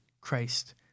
Christ